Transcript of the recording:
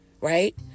Right